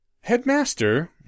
Headmaster